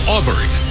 Auburn